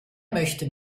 möchte